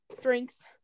drinks